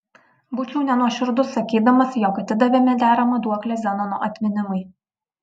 būčiau nenuoširdus sakydamas jog atidavėme deramą duoklę zenono atminimui